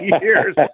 years